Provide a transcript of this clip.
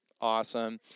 awesome